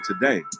today